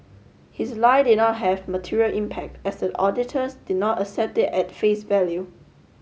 his lie did not have material impact as the auditors did not accept it at face value